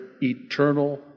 eternal